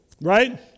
right